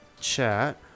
chat